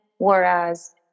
Whereas